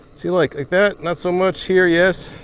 see, like that not so much. here, yes.